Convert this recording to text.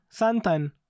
Santan